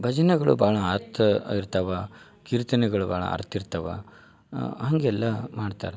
ಭಜನೆಗಳು ಭಾಳ ಅರ್ಥ ಇರ್ತಾವ ಕೀರ್ತನೆಗಳು ಭಾಳ ಅರ್ಥ ಇರ್ತಾವ ಹಾಗೆಲ್ಲಾ ಮಾಡ್ತಾರೆ